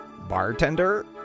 bartender